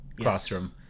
classroom